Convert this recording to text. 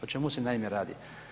O čemu se naime radi?